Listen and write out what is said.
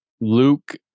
luke